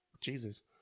Jesus